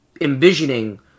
envisioning